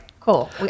cool